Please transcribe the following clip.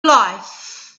life